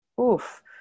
Oof